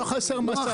לא חסרות משאיות.